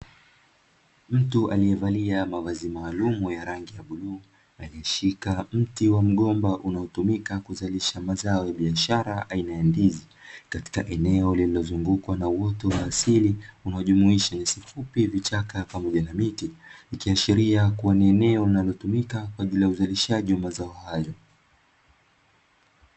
Mtu aliyevalia mavazi maalumu ya rangi ya bluu, aliyeshika mti wa mgomba unaotumika kuzalisha mazao ya biashara aina ya ndizi, katika eneo lililozungukwa na uoto wa asili unaojumuisha nyasi fupi, vichaka pamoja na miti; ikiashiria kuwa ni eneo linalotumika kwa ajili ya uzalishaji wa mazao hayo.